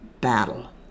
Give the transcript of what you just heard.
battle